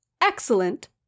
Excellent